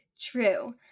true